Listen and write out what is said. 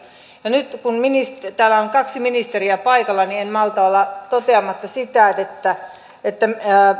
ja nyt kun täällä on kaksi ministeriä paikalla niin en malta olla toteamatta sitä että